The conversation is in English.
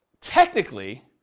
technically